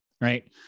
Right